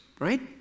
right